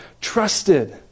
trusted